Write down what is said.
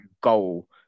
goal